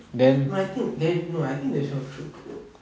no I think then no I think they should not